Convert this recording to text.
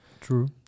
True